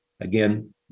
Again